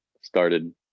started